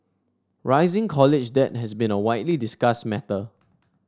rising college debt has been a widely discussed matter